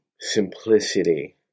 Simplicity